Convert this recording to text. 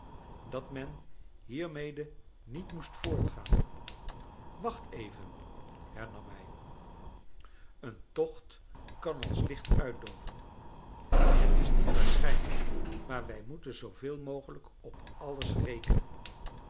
dat men hiermede niet moest voortgaan wacht even hernam hij een tocht kan ons licht uitdooven het is niet waarschijnlijk maar wij moeten zooveel mogelijk op alles rekenen